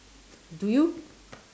do you